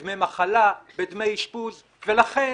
בדמי מחלה, בדמי אשפוז, ולכן